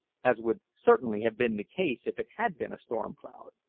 as would certainly have been the case if it had been a storm-cloud.